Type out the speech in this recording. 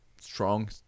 strong